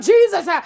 Jesus